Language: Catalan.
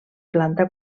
planta